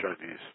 Chinese